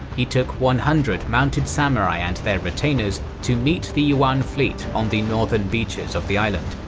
he took one hundred mounted samurai and their retainers to meet the yuan fleet on the northern beaches of the island.